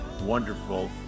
wonderful